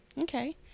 Okay